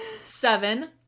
seven